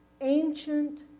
ancient